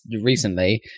recently